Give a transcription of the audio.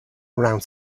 around